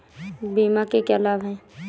बीमा के क्या लाभ हैं?